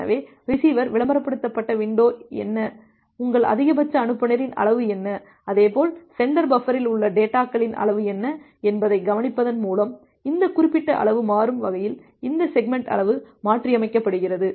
எனவே ரிசீவர் விளம்பரப்படுத்தப்பட்ட வின்டோ என்ன உங்கள் அதிகபட்ச அனுப்புநரின் அளவு என்ன அதே போல் சென்டர் பஃபரில் உள்ள டேட்டாகளின் அளவு என்ன என்பதைக் கவனிப்பதன் மூலம் இந்த குறிப்பிட்ட அளவு மாறும் வகையில் இந்த செக்மெண்ட் அளவு மாற்றியமைக்கப்படுகிறது